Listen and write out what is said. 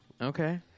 Okay